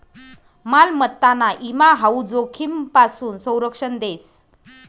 मालमत्ताना ईमा हाऊ जोखीमपासून संरक्षण देस